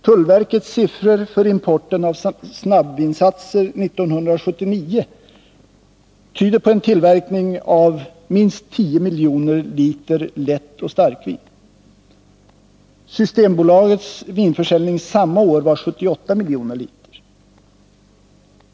Tullverkets siffror för importen av snabbvinsatser 1979 tyder på en tillverkning av minst 10 miljoner liter lättoch starkvin. Systembolagets vinförsäljning samma år var 78 miljoner liter.